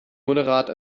moderat